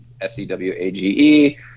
S-E-W-A-G-E